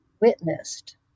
witnessed